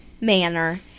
manner